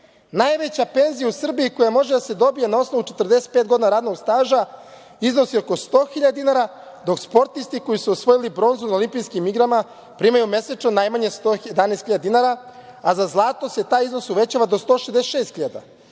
Najveća penzija u Srbiji koja može da se dobije na osnovu 45 godina radnog staža iznosi oko 100.000 dinara, dok sportisti koji su osvojili bronzu na olimpijskim igrama primaju mesečno najmanje 111.000 dinara a za zlato se taj iznos uvećava do 166.000.